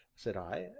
said i,